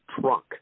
trunk